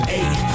eight